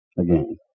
again